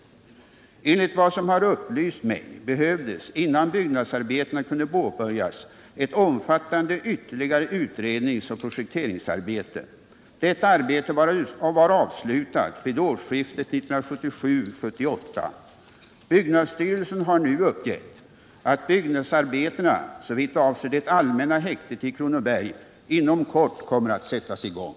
Enligt vad som har upplysts mig behövdes innan byggnadsarbetena kunde påbörjas ett omfattande ytterligare utredningsoch projekteringsarbete. Detta arbete var avslutat vid årsskiftet 1977-1978. Byggnadsstyrelsen har nu uppgett att byggnadsarbetena såvitt avser det allmänna häktet i Kronoberg inom kort kommer att sättas i gång.